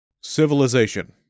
Civilization